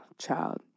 Child